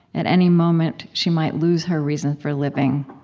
at any moment she might lose her reason for living.